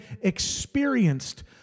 experienced